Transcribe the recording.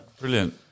Brilliant